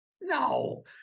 no